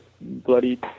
bloody